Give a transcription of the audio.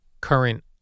current